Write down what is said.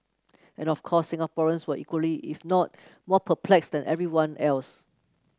and of course Singaporeans were equally if not more perplexed than everyone else